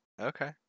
Okay